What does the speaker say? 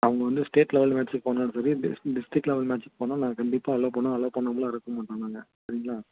அவங்க வந்து state level மேட்ச்சுக்கு போனாலும் சரி டிஸ் டிஸ்ட்ரிக்ட் லெவல் மேட்ச்க்கு போனாலும் நாங்கள் கண்டிப்பாக அலோ பண்ணுவோம் அலோ பண்ணாமெலாம் இருக்க மாட்டோம் நாங்கள் சரிங்களா